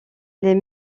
les